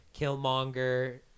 Killmonger